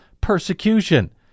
persecution